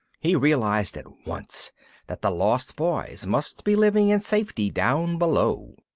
he realised at once that the lost boys must be living in safety down below.